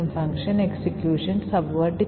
അത് സ്റ്റാക്കിൽ നിന്ന് എക്സിക്യൂഷൻ അനുവദിക്കും